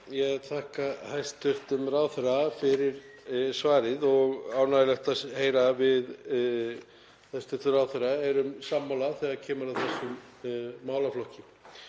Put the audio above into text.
Ég þakka hæstv. ráðherra fyrir svarið og er ánægjulegt að heyra að við hæstv. ráðherra erum sammála þegar kemur að þessum málaflokki.